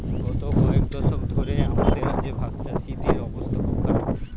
গত কয়েক দশক ধরে আমাদের রাজ্যে ভাগচাষীদের অবস্থা খুব খারাপ